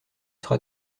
sera